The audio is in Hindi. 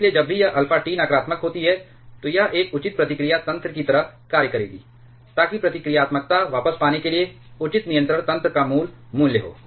इसलिए जब भी यह अल्फा T नकारात्मक होती है तो यह एक उचित प्रतिक्रिया तंत्र की तरह कार्य करेगी ताकि प्रतिक्रियात्मकता वापस पाने के लिए उचित नियंत्रण तंत्र का मूल मूल्य हो